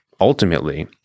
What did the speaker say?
Ultimately